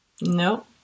No